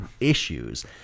issues